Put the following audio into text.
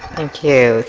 thank you.